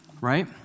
right